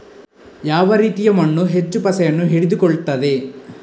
ಯಾವ ರೀತಿಯ ಮಣ್ಣು ಹೆಚ್ಚು ಪಸೆಯನ್ನು ಹಿಡಿದುಕೊಳ್ತದೆ?